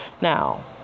now